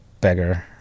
Beggar